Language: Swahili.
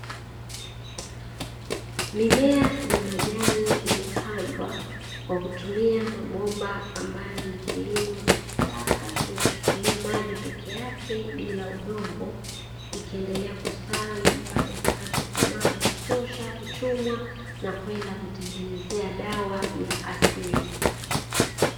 Mimea ya majani imepandwa kwa kutumia mabomba ambayo ni kilimo cha kisasa kinachotumia maji peke yake bila udongo ikiendelea kustawi mpaka itakapokomaa, kuchumwa na kwenda kutengenezea dawa ya asili.